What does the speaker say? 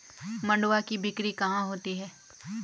मंडुआ की बिक्री कहाँ होती है?